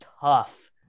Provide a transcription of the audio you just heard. tough